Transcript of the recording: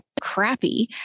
crappy